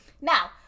now